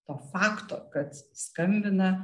to fakto kad skambina